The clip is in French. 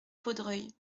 vaudreuil